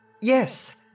Yes